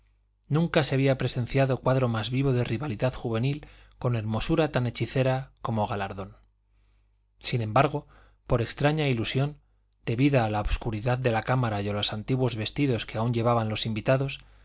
nunca se había presenciado cuadro más vivo de rivalidad juvenil con hermosura tan hechicera como galardón sin embargo por extraña ilusión debida a la obscuridad de la cámara y a los antiguos vestidos que aun llevaban los invitados